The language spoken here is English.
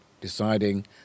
deciding